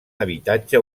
habitatge